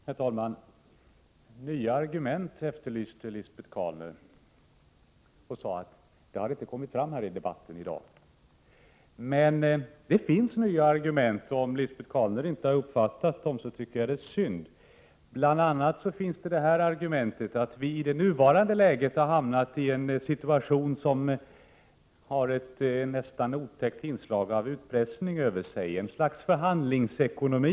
Herr talman! Lisbet Calner efterlyser nya argument. Hon sade att några sådana inte har kommit fram i debatten här i dag. Men det finns nya argument, och jag tycker att det är synd, om Lisbet Calner inte har uppfattat dem. Bl. a. finns argumentet att vi i nuvarande läge har hamnat i en situation som har ett inslag av utpressning över sig — en situation med ett slags förhandlingsekonomi.